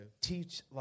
teach